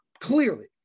clearly